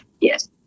Yes